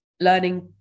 learning